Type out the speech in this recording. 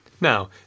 Now